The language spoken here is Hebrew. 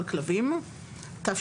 כלבים (תיקון - כלבי הפקר)(הוראת שעה),